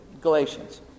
Galatians